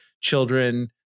children